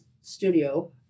studio